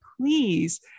please